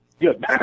Good